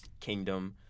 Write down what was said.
kingdom